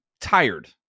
tired